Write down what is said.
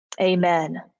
amen